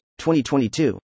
2022